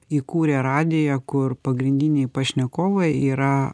įkūrė radiją kur pagrindiniai pašnekovai yra